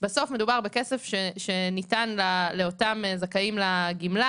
בסוף מדובר בכסף שניתן לאותם זכאים לגמלה